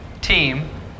team